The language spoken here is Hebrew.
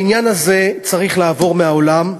העניין הזה צריך לעבור מהעולם.